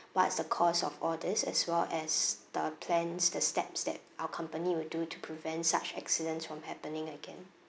what's the cause of all this as well as the plans the steps that our company will do to prevent such accidents from happening again